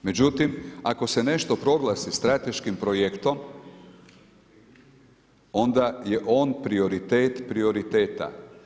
Međutim, ako se nešto proglasi strateškim projektom onda je on prioritet prioriteta.